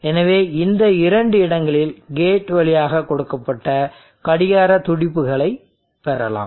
எனவே இந்த இரண்டு இடங்களில் கேட் வழியாக கொடுக்கப்பட்ட கடிகார துடிப்புகளை பெறலாம்